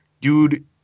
dude